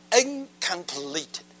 incomplete